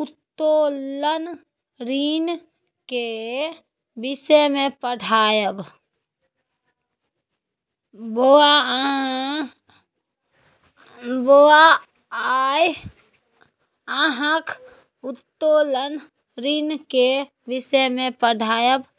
उत्तोलन ऋण केर विषय मे पढ़ायब